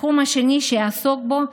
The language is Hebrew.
התחום השני שאעסוק בו,